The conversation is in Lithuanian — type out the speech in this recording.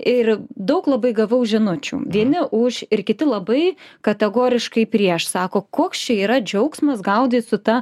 ir daug labai gavau žinučių vieni už ir kiti labai kategoriškai prieš sako koks čia yra džiaugsmas gaudai su ta